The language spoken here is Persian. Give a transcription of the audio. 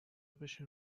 بشین